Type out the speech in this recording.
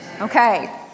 Okay